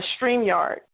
StreamYard